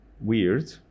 weird